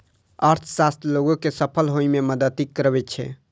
अर्थशास्त्र लोग कें सफल होइ मे मदति करै छै